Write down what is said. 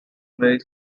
very